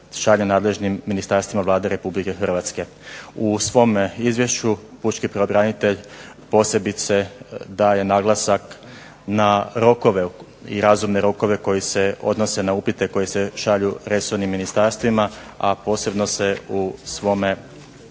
U svome izvješću pučki pravobranitelj posebice daje naglasak na rokove i razumne rokove koji se odnose na upite koji se šalju resornim ministarstvima, a posebno se u svome izvješću